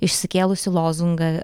išsikėlusi lozungą